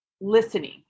listening